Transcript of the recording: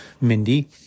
Mindy